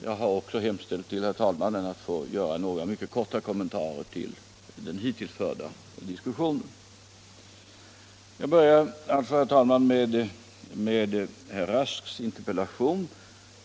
Jag har också hemställt till herr talmannen att få göra några mycket korta kommentarer till den hittills förda diskussionen. Jag börjar alltså, herr talman, med att besvara herr Rasks interpellation.